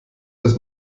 des